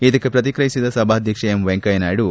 ಇದಕ್ಕೆ ಪ್ರತಿಕ್ರಿಯಿಸಿದ ಸಭಾಧ್ಯಕ್ಷ ಎಂ ವೆಂಕಯ್ಯನಾಯ್ದು